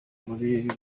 muri